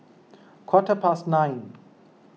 quarter past nine